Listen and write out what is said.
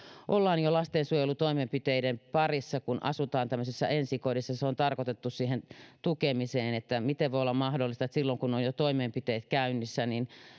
ollaan jo lastensuojelutoimenpiteiden parissa kun asutaan tämmöisessä ensikodissa se on tarkoitettu siihen tukemiseen miten voi olla mahdollista että silloin kun toimenpiteet ovat jo käynnissä